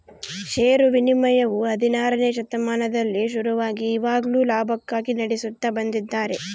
ಷೇರು ವಿನಿಮಯವು ಹದಿನಾರನೆ ಶತಮಾನದಲ್ಲಿ ಶುರುವಾಗಿ ಇವಾಗ್ಲೂ ಲಾಭಕ್ಕಾಗಿ ನಡೆಸುತ್ತ ಬಂದಿದ್ದಾರೆ